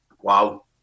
wow